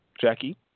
Jackie